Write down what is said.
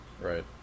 Right